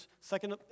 second